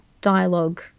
dialogue